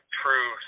true